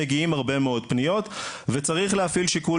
מגיעות הרבה מאוד פניות וצריך להפעיל שיקול